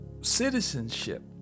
citizenship